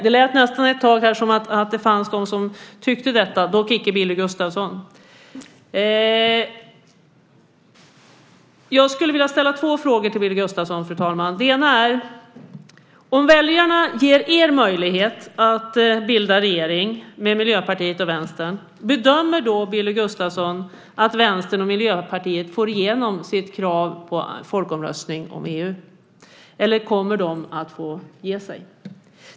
Det lät ett tag nästan som om det fanns de som tyckte det, dock icke Billy Gustafsson. Jag skulle vilja ställa två frågor till Billy Gustafsson. Den ena är: Om väljarna ger er möjlighet att bilda regering med Miljöpartiet och Vänstern, bedömer då Billy Gustafsson att Vänstern och Miljöpartiet får igenom sitt krav på en folkomröstning om EU, eller kommer de att få ge sig?